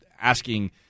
asking